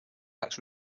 reacts